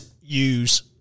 use